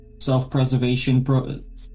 self-preservation